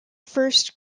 first